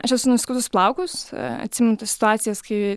aš esu nuskutus plaukus atsimenu tas situacijas kai